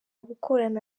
gukorana